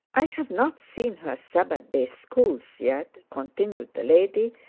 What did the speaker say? i have not seen her sabbath-day schools yet continued the lady,